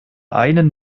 einen